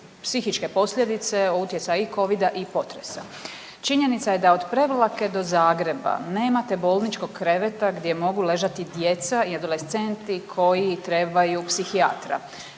psihičke posljedice utjecaja i Covida i potresa. Činjenica je da od Prevlake do Zagreba nemate bolničkog kreveta gdje mogu ležati djeca i adolescenti koji trebaju psihijatra.